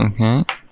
Okay